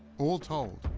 all told,